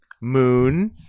moon